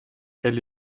elle